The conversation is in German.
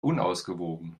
unausgewogen